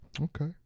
Okay